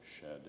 shed